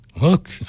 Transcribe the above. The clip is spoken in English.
Look